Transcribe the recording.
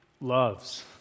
loves